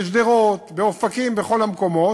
בשדרות, באופקים, בכל המקומות.